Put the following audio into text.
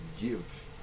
give